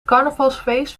carnavalsfeest